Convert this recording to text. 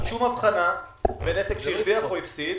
שום הבחנה בין עסק שהרוויח לעסק שהפסיד,